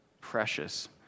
precious